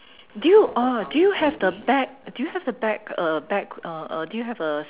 do you uh do you have the back do you have the back uh back uh uh do you have a